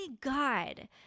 God